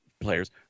players